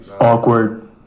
Awkward